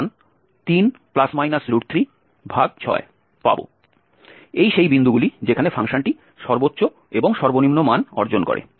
এই সেই বিন্দুগুলি যেখানে ফাংশনটি সর্বোচ্চ এবং সর্বনিম্ন মান অর্জন করে